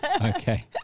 Okay